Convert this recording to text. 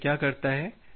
तो यह क्या करता है